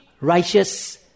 righteous